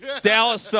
Dallas